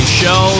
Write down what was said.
show